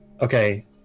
okay